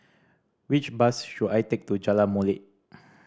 which bus should I take to Jalan Molek